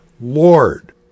Lord